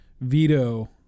veto